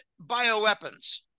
bioweapons